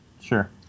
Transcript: Sure